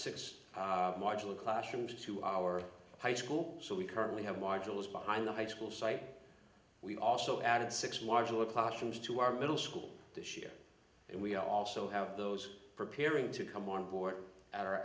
six marginal classrooms to our high school so we currently have marvelous behind the high school site we also added six marginal classrooms to our middle school this year and we also have those preparing to come on board at our